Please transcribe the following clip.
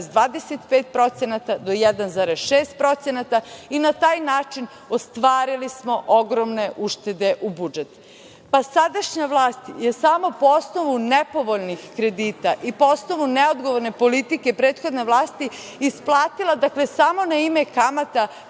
1,25% do 1,6% i na taj način ostvarili smo ogromne uštede u budžetu. Sadašnja vlast je samo po osnovu nepovoljnih kredita i po osnovu neodgovorne politike prethodne vlasti isplatila, dakle, samo na ime kamata,